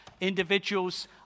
individuals